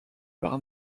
par